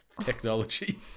technology